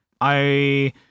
I-